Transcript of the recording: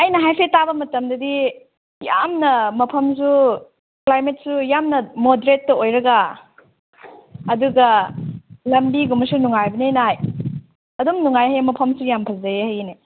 ꯑꯩꯅ ꯍꯥꯏꯁꯦ ꯇꯥꯕ ꯃꯇꯝꯗꯗꯤ ꯌꯥꯝꯅ ꯃꯐꯝꯁꯨ ꯀ꯭ꯂꯥꯏꯃꯦꯠꯁꯨ ꯌꯥꯝꯅ ꯃꯣꯗꯔꯦꯠꯇ ꯑꯣꯏꯔꯒ ꯑꯗꯨꯒ ꯂꯝꯕꯤꯒꯨꯝꯕꯁꯨ ꯅꯨꯡꯉꯥꯏꯕꯅꯤꯅ ꯑꯗꯨꯝ ꯅꯨꯡꯉꯥꯏꯅꯤ ꯃꯐꯝꯁꯨ ꯌꯥꯝ ꯐꯖꯩ ꯍꯥꯏꯌꯦꯅꯦ